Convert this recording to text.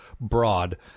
broad